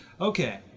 Okay